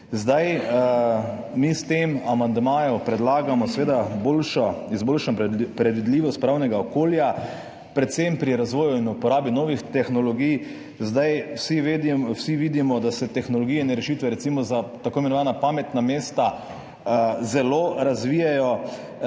S tem amandmajem predlagamo seveda izboljšano predvidljivost pravnega okolja, predvsem pri razvoju in uporabi novih tehnologij. Vsi vidimo, da se tehnologije in rešitve recimo za tako imenovana pametna mesta zelo razvijajo